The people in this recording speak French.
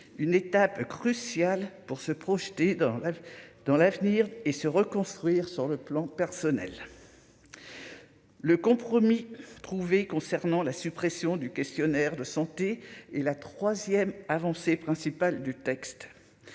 une étape cruciale pour se projeter dans rêve dans l'avenir et se reconstruire sur le plan personnel. Le compromis trouvé concernant la suppression du questionnaire de santé et la 3ème avancée principale du texte,